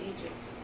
Egypt